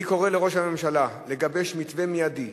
אני קורא לראש הממשלה לגבש מתווה מיידי,